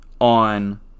on